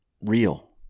real